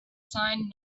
sign